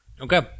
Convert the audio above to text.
Okay